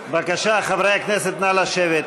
בבקשה, חברי הכנסת, נא לשבת.